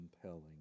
compelling